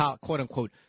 quote-unquote